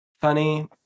funny